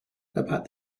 about